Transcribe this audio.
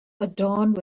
adorned